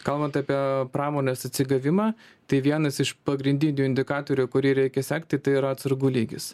kalbant apie pramonės atsigavimą tai vienas iš pagrindinių indikatorių kurį reikia sekti tai yra atsargų lygis